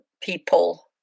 people